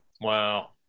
Wow